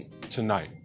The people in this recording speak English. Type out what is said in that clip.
tonight